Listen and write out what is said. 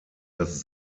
das